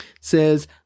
says